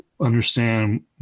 understand